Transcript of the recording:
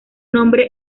nombre